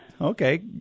Okay